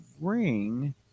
ring